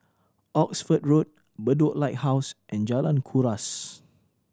Oxford Road Bedok Lighthouse and Jalan Kuras